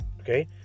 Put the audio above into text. okay